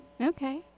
Okay